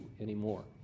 anymore